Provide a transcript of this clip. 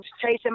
chasing